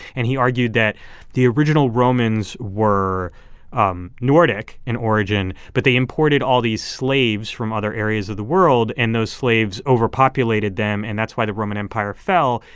and he argued that the original romans were um nordic in origin, but they imported all these slaves from other areas of the world. and those slaves overpopulated them. and that's why the roman empire fell.